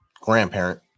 grandparent